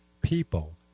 people